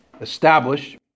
establish